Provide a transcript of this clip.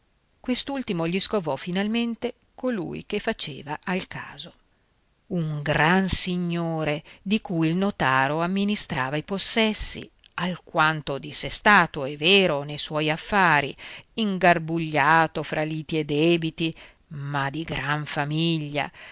quest'ultimo gli scovò finalmente colui che faceva al caso un gran signore di cui il notaro amministrava i possessi alquanto dissestato è vero nei suoi affari ingarbugliato fra liti e debiti ma di gran famiglia